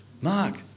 Mark